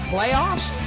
Playoffs